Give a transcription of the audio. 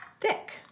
thick